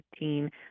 2015